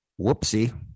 Whoopsie